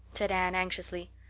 said anne anxiously.